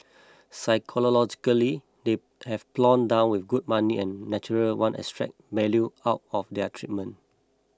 psychologically they've plonked down with good money and naturally want to extract more 'value' out of their treatment